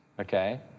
okay